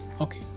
Okay